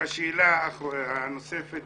השאלה הנוספת.